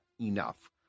enough